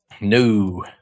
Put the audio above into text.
No